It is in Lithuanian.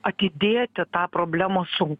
atidėti tą problemos sun